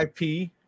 IP